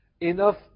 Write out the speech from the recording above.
enough